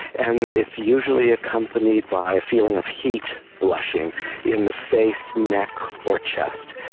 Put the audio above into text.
and it's usually accompanied by a feeling of heat, blushing in the face, neck or chest.